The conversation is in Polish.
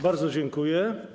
Bardzo dziękuję.